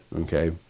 Okay